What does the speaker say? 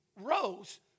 rose